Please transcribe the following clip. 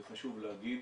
זה חשוב להגיד.